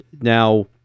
Now